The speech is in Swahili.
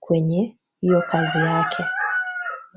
kwenye hiyo kasi yake.